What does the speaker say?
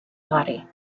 body